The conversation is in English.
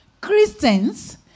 Christians